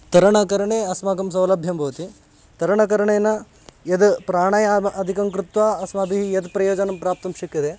तरणकरणे अस्माकं सौलभ्यं भवति तरणकरणेन यद् प्राणायामम् अधिकं कृत्वा अस्माभिः यद् प्रयोजनं प्राप्तुं शक्यते